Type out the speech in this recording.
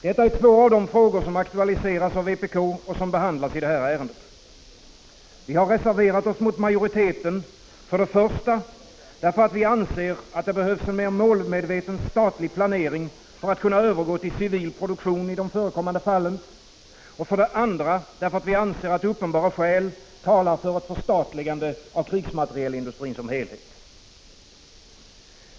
Detta är två av de frågor som aktualiserats av vpk och som behandlas i det här ärendet. Vi har reserverat oss mot majoriteten för det första därför att vi anser att det behövs en mer målmedveten statlig planering för att kunna övergå till civil produktion i de förekommande fallen, för det andra därför att vi anser att uppenbara skäl talar för ett förstatligande av krigsmaterielindustrin som helhet.